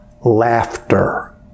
laughter